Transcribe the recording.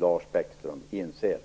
Lars Bäckström inser.